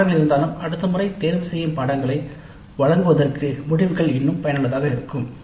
சில மாற்றங்கள் இருந்தாலும் அடுத்த முறை தேர்ந்தெடுக்கப்பட்டதை வழங்குவதற்கு முடிவுகள் இன்னும் பயனுள்ளதாக இருக்கும்